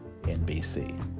NBC